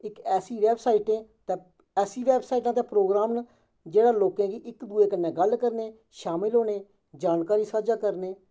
इक ऐसी वेबसाईट ऐ ऐसा वेबसाईटें दा प्रोग्राम न जेह्ड़ा लोकें गी इक दूए कन्नै गल्ल करने शामल होने जानकारी सांझा करने